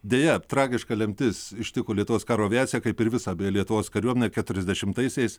deja tragiška lemtis ištiko lietuvos karo aviaciją kaip ir visą beje lietuvos kariuomenę keturiasdešimtaisiais